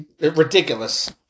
Ridiculous